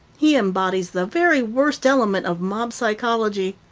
he embodies the very worst element of mob psychology.